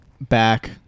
Back